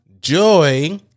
joy